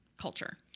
culture